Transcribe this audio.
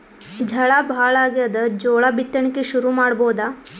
ಝಳಾ ಭಾಳಾಗ್ಯಾದ, ಜೋಳ ಬಿತ್ತಣಿಕಿ ಶುರು ಮಾಡಬೋದ?